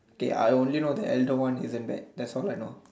okay I only know the elder one isn't bad that's all I know